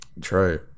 true